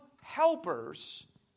helpers